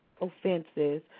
offenses